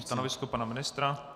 Stanovisko pana ministra?